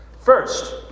First